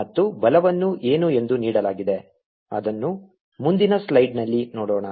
ಮತ್ತು ಬಲವನ್ನು ಏನು ಎಂದು ನೀಡಲಾಗಿದೆ ಅದನ್ನು ಮುಂದಿನ ಸ್ಲೈಡ್ನಲ್ಲಿ ನೋಡೋಣ